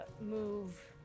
move